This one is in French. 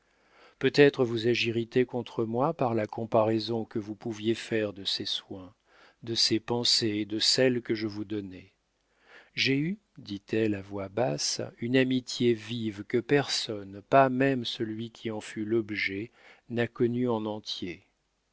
peut-être vous ai-je irrité contre moi par la comparaison que vous pouviez faire de ces soins de ces pensées et de celles que je vous donnais j'ai eu dit-elle à voix basse une amitié vive que personne pas même celui qui en fut l'objet n'a connue en entier